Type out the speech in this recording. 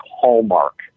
hallmark